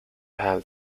have